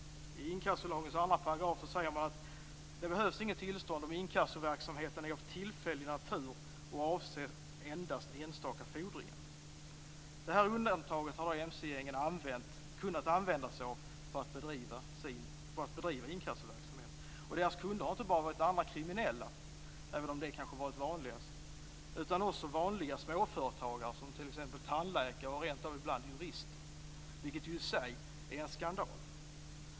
I inkassolagens 2 § sägs att det inte behövs något tillstånd om inkassoverksamheten är av tillfällig natur och avser endast enstaka fordringar. Detta undantag har mc-gängen kunnat använda sig av för att bedriva inkassoverksamhet. Deras kunder har inte bara varit andra kriminella - även om det kanske har varit vanligast - utan också vanliga småföretagare som t.ex. tandläkare och ibland rent av jurister, vilket ju i sig är en skandal.